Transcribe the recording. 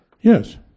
Yes